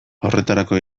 horretarako